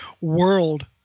world